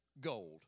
gold